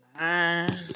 nine